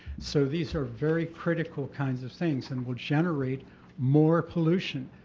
so these are very critical kinds of things, and would generate more pollution.